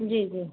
जी जी